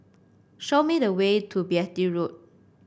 show me the way to Beatty Road